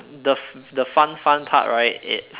the the fun fun part right it's